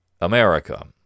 America